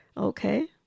okay